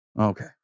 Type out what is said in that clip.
okay